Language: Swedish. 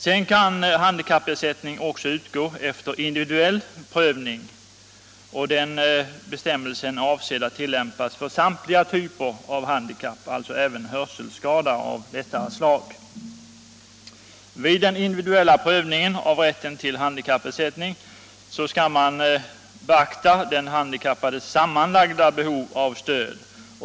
Sedan kan handikappersättning också utgå efter individuell prövning, och den bestämmelsen är avsedd att tillämpas på samtliga typer av handikapp, alltså även hörselskada av lättare slag. Vid den individuella prövningen av rätten till handikappersättning skall man beakta den handikappades sammanlagda behov av stöd.